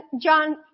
John